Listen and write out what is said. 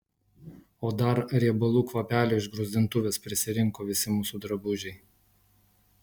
o dar riebalų kvapelio iš gruzdintuvės prisirinko visi mūsų drabužiai